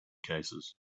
cases